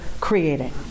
creating